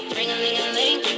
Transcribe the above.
Ring-a-ling-a-ling